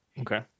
Okay